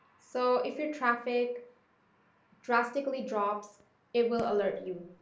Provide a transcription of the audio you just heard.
so, if your traffic drastically drops it will alert you.